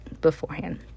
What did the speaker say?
beforehand